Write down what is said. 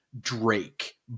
drake